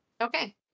okay